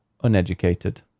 Uneducated